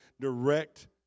direct